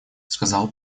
сказал